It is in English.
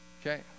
Okay